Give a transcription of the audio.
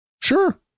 Sure